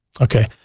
Okay